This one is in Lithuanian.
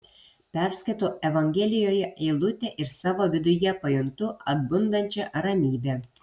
perskaitau evangelijoje eilutę ir savo viduje pajuntu atbundančią ramybę